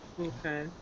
Okay